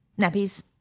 nappies